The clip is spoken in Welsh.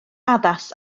addas